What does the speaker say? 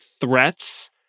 threats